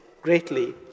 greatly